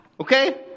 okay